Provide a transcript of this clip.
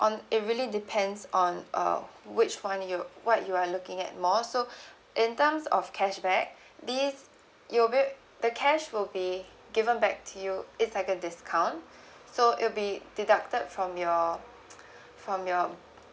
on it really depends on uh which one you what you are looking at more so in terms of cashback this you'll be~ the cash will be given back to you it's like a discount so it'll be deducted from your from your from your